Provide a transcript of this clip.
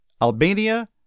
Albania